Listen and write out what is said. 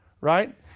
right